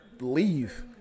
leave